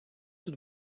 тут